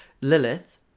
Lilith